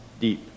deep